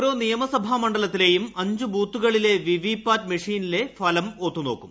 ഓരോ നിയമസഭാ മണ്ഡലത്തിലെയും അഞ്ച് ബൂത്തുകളിലെ വിവിപാറ്റ് മെഷിനിലെ ഫലം ഒത്തുനോക്കും